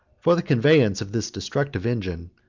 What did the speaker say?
for the conveyance of this destructive engine,